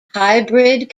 hybrid